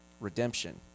redemption